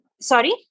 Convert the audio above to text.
Sorry